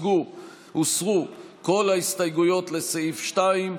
הוסרו כל ההסתייגויות לסעיף 2,